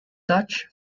dutch